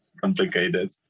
complicated